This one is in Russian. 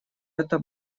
это